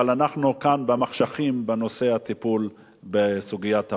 אבל אנחנו כאן במחשכים בנושא הטיפול בסוגיית המים.